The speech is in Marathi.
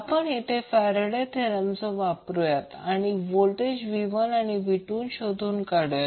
आपण येथे फॅरेडे थेरम वापरूया आणि व्होल्टेज v1 आणि v2 शोधून काढूया